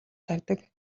тавьдаг